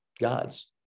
God's